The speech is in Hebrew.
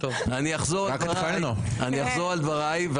אני אחזור על דבריי,